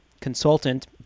consultant